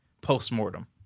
post-mortem